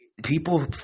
People